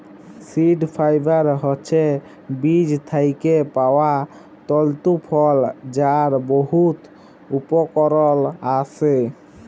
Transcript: seed fibre হছে বীজ থ্যাইকে পাউয়া তল্তু ফল যার বহুত উপকরল আসে